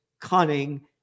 cunning